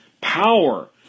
power